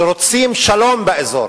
שרוצים שלום באזור,